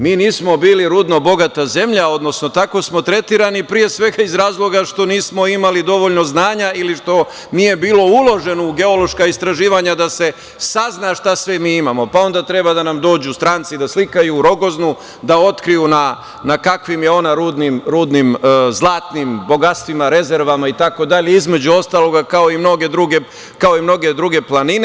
Mi nismo bili rudno bogata zemlja, odnosno tako smo tretirani pre svega iz razloga što nismo imali dovoljno znanja ili što nije bilo uloženo u geološka istraživanja da se sazna šta sve mi imamo, pa onda treba da nam dođu stranci da slikaju Rogoznu, da otkriju na kakvim je ona rudnim zlatnim bogatstvima, rezervama, itd. između ostalog kao i mnoge druge planine.